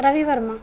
रविवर्मः